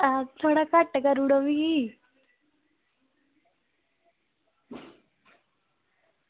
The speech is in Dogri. हां थोह्ड़ा घट्ट करी ओड़ेओ मिगी